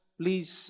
please